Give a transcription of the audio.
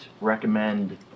recommend